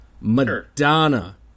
Madonna